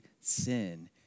sin